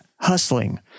hustling